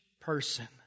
person